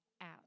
out